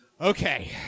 okay